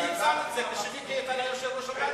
אני הצגתי את זה כשמיקי איתן היה יושב-ראש הוועדה.